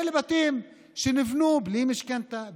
אלה בתים שנבנו בלי משכנתה,